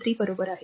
3 बरोबर आहे